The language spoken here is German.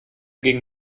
gegen